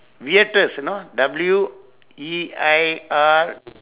weirdest you know W E I R